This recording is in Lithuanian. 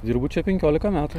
dirbu čia penkiolika metų